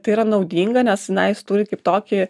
tai yra naudinga nes na jis turi kaip tokį